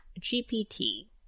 GPT